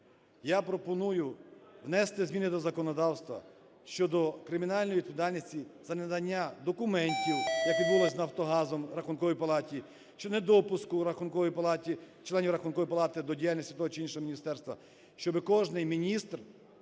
Я пропоную внести зміни до законодавства щодо кримінальної відповідальності за ненадання документів, як відбулося з "Нафтогазом", Рахунковій палаті, щодо недопуску Рахункової палати, членів Рахункової палати до діяльності того чи іншого міністерства, щоби кожний міністр